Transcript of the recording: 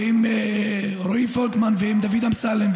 עם רועי פולקמן ועם דוד אמסלם,